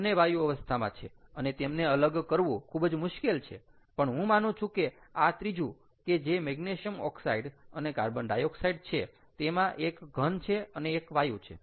બંને વાયુ અવસ્થામાં છે અને તેમને અલગ કરવું ખૂબ જ મુશ્કેલ છે પણ હું માનું છું કે આ ત્રીજું કે જે મેગ્નેશિયમ ઓકસાઇડ અને કાર્બન ડાયોક્સાઇડ છે તેમાં એક ઘન છે અને એક વાયુ છે